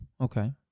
Okay